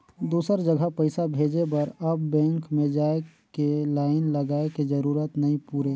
दुसर जघा पइसा भेजे बर अब बेंक में जाए के लाईन लगाए के जरूरत नइ पुरे